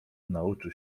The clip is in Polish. nauczył